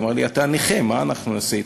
אמרו לי: אתה נכה, מה אנחנו נעשה אתך?